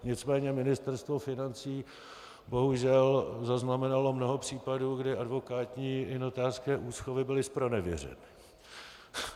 Nicméně Ministerstvo financí bohužel zaznamenalo mnoho případů, kdy advokátní i notářské úschovy byly zpronevěřeny.